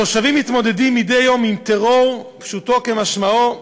התושבים מתמודדים מדי יום עם טרור, פשוטו כמשמעו.